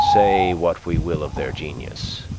say what we will of their genius,